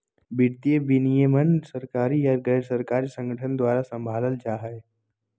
वित्तीय विनियमन सरकारी या गैर सरकारी संगठन द्वारा सम्भालल जा हय